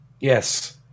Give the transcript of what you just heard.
Yes